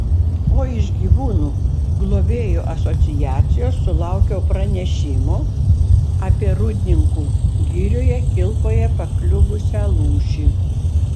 o iš gyvūnų globėjų asociacijos sulaukiau pranešimo apie rūdninkų girioje kilpoje pakliuvusią lūšį